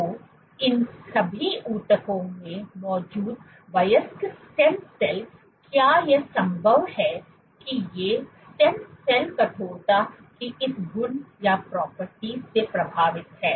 तो इन सभी ऊतकों में मौजूद वयस्क स्टेम सेल क्या यह संभव है कि ये स्टेम सेल कठोरता की इस गुन से प्रभावित हैं